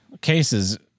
cases